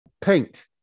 paint